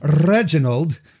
Reginald